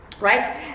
right